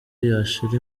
yashyira